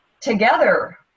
together